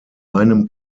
einem